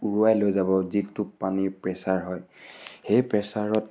উৰুৱাই লৈ যাব যিটো পানীৰ প্ৰেচাৰ হয় সেই প্ৰেচাৰত